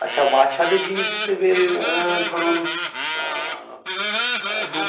আচ্ছা বাচ্চাদের জিনিস হিসেবে ধরুন দু